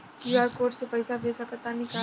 QR code से पईसा भेज सक तानी का?